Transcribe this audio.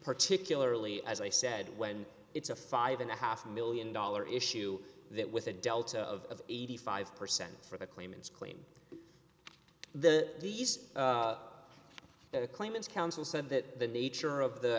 particularly as i said when it's a five and a half one million dollars issue that with a delta of eighty five percent for the claimants claim the these claimants council said that nature of the